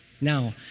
Now